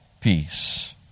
peace